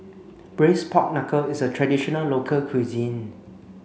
braised pork knuckle is a traditional local cuisine